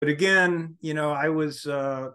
‫אבל עוד פעם, הייתי...